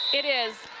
it is.